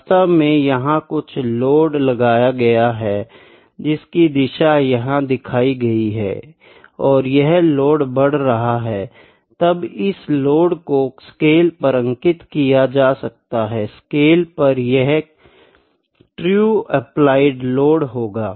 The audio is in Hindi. वास्तव में यहां कुछ लोड लगाया गया है जिसकी दिशा यहां दिखाई गई है और यह लोड बढ़ रहा है तब इस लोड को स्केल पर अंकित किया जा सकता है स्केल पर यह ट्रू एप्लाइड लोड होगा